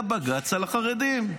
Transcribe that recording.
היה בג"ץ על החרדים.